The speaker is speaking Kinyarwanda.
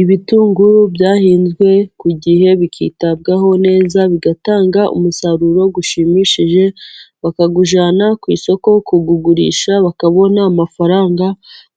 Ibitunguru byahinzwe ku gihe bikitabwaho neza, bigatanga umusaruro ushimishije bakawujyana ku isoko kuwugurisha, bakabona amafaranga